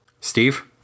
Steve